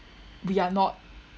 we are not